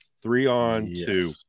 three-on-two